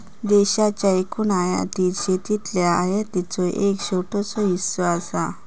देशाच्या एकूण आयातीत शेतीतल्या आयातीचो एक छोटो हिस्सो असा